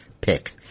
pick